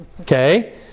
Okay